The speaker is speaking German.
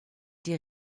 die